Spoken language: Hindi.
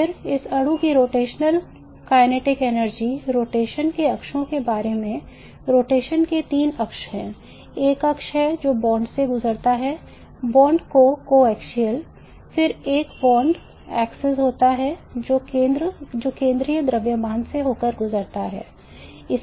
फिर इस अणु की रोटेशनल गतिज ऊर्जा रोटेशन के अक्षों के बारे में है रोटेशन के तीन अक्ष हैं एक अक्ष है जो बॉन्ड से होकर गुजरता है बॉन्ड को समाक्षीय